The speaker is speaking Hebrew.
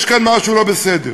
יש כאן משהו לא בסדר.